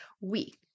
week